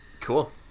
Cool